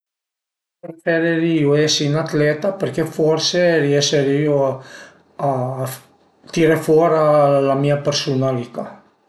Preferirìu esi 'n'atleta perché forse riese a tiré fora la mia persunalità